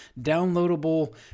downloadable